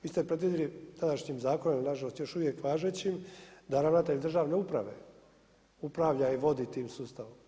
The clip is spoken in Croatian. Vi ste predvidjeli tadašnjim zakonom, nažalost još uvijek važećim, da ravnatelj državne uprave upravlja i vodi tim sustavom.